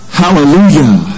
hallelujah